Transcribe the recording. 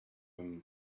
him